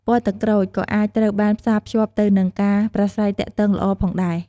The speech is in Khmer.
ពណ៌ទឹកក្រូចក៏អាចត្រូវបានផ្សារភ្ជាប់ទៅនឹងការប្រាស្រ័យទាក់ទងល្អផងដែរ។